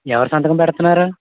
ఎవరు సంతకం పెడుతున్నారు